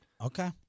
Okay